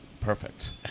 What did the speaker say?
perfect